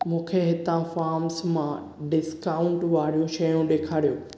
मूंखे हितां फार्म्स मां डिस्काउंटु वारियूं शयूं ॾेखारियो